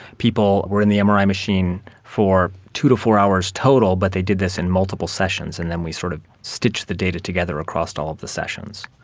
people were in the mri machine for two to four hours total, but they did this in multiple sessions, and then we sort of stitched the data together across all of the sessions.